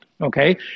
okay